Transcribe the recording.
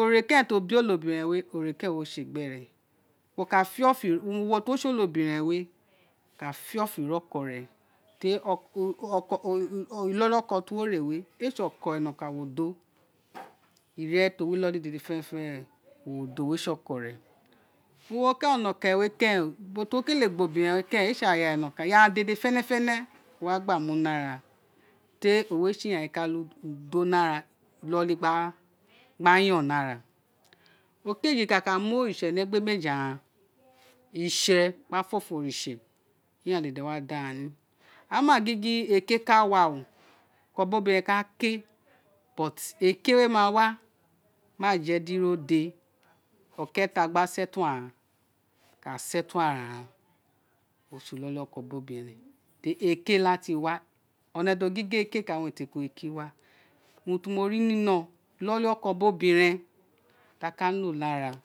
oré kẹrẹn ti obi onobiren wé oné keren o sé gbẹrẹ wo ka fẹ ọfọ uwo ti o sé onobiren wé wo ka fẹ ofo ira ọkọ re téri inọli oko ti wo ré wé éè sé oko re nọkan wo do irẹyé ti o wi inoli wé dede fenefene ren owun wo do owun ré sé oko re uwo ọnọkẹrẹn wé kẹrẹn ubo ti wo kele gba onobiren keren éè sé re nokan aghan dede fenefene wa gba muni ara téri uwo é si ighan ti aghan do mi ara gba yon ni ara okeji dẹ a ka mu oritse ni egbémé ji aghan itse gba fo ofo oritse ighan dédé wada ghan n ama gin gin éké ka eao ọkọ biri obiren ka ké but éké wé ma wa ma je di odé okéèta gba settle ara ghan owun ré si inoli oko biri ebiren éké a ti wa ọnẹ to gin eke éè winọ té kun éké la ti wa urun ti mo ri ni ino inolo oko biri obiren di aghan kalo ni ara gẹrẹ